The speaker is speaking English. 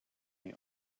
they